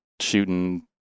shooting